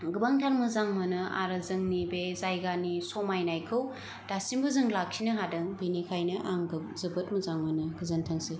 गोबांथार मोजां मोनो आरो जोंनि बे जायगानि समायनायखौ दासिमबो जों लाखिनो हादों बिनिखायनो आं जोबोद मोजां मोनो गोजोनथोंसै